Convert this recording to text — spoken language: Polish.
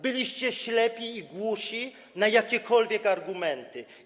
Byliście ślepi i głusi na jakiekolwiek argumenty.